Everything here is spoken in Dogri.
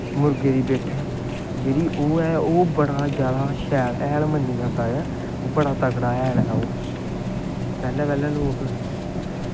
जेह्ड़ी मुर्गे दी बिठ ऐ ओह् बड़ा जैदा हैल मन्नेआ जंदा ऐ बड़ा तगड़ा हैल ऐ पैह्लैं पैह्लैं लोग